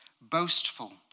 boastful